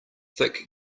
thick